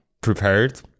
prepared